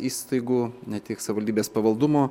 įstaigų ne tik savivaldybės pavaldumo